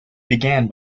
began